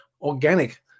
organic